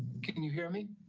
can you hear me.